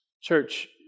Church